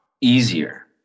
easier